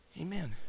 Amen